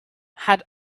had